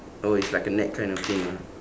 oh it's like a net kind of thing ah